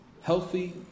healthy